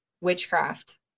witchcraft